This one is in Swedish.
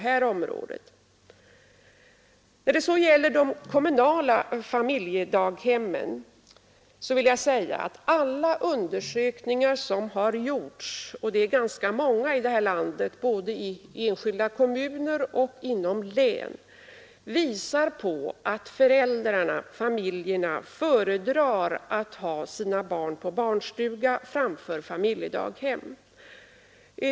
När det gäller de kommunala familjedaghemmen vill jag säga att alla undersökningar som har gjorts — och det är ganska många — i enskilda kommuner och av hela län här i landet visar att föräldrarna, familjerna, föredrar att ha sina barn på barnstuga framför familjedaghem.